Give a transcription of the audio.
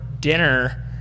Dinner